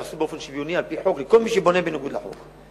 יהרסו באופן שוויוני על-פי חוק לכל מי שבונה בניגוד לחוק.